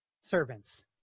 servants